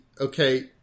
okay